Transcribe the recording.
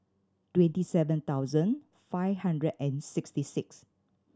twenty seven thousand five hundred and sixty six